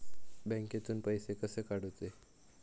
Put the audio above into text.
बँकेतून पैसे कसे काढूचे?